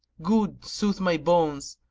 good sooth my bones,